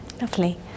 Lovely